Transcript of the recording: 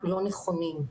לא נכונים.